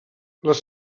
les